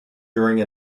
during